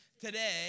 Today